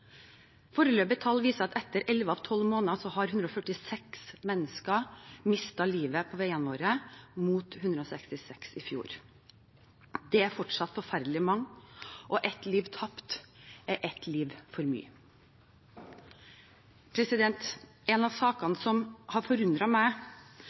Foreløpige tall viser at etter elleve av tolv måneder har 146 mennesker mistet livet på veiene våre, mot 176 i fjor. Det er fortsatt forferdelig mange, og ett liv tapt er ett liv for mye. En av